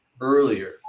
earlier